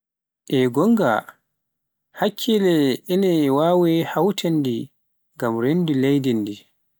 E goonga, hakkille ene waawi huwtoreede ngam reende leydi ndii.